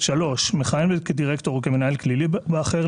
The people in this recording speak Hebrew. מכהן כדירקטור או כמנהל כללי באחר,